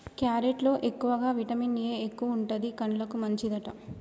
carrot లో ఎక్కువగా vitamin A ఎక్కువుంటది, కండ్లకు మంచిదట